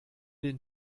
den